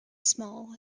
small